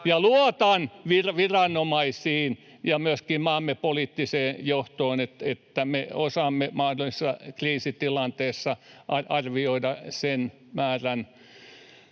luotan viranomaisiin ja myöskin maamme poliittiseen johtoon, että me osaamme mahdollisessa kriisitilanteessa arvioida sen määrän